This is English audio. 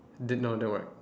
didn't no didn't work